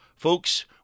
Folks